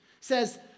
says